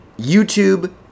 youtube